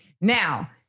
Now